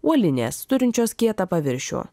uolinės turinčios kietą paviršių